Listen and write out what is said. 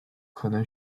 可能